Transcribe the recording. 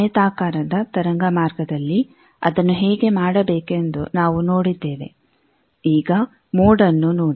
ಆಯತಾಕಾರದ ತರಂಗ ಮಾರ್ಗದಲ್ಲಿ ಅದನ್ನು ಹೇಗೆ ಮಾಡಬೇಕೆಂದು ನಾವು ನೋಡಿದ್ದೇವೆ ಈಗ ಮೋಡ್ನ್ನು ನೋಡಿ